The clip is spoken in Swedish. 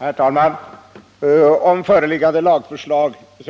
Herr talman! Vi